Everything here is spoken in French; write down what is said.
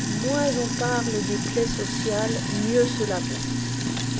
moins on parle des plaies sociales mieux cela vaut